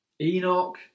Enoch